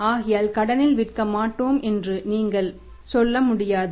ஆகையால் கடனில் விற்க மாட்டோம் என்று நீங்கள் சொல்ல முடியாது